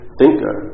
thinker